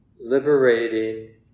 liberating